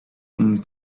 things